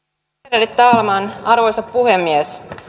värderade talman arvoisa puhemies